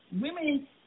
women